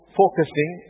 focusing